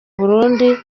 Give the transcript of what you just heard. burundi